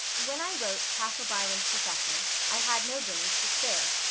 when i wrote cashel byron's profession i had no guineas to spare,